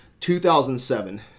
2007